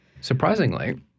Surprisingly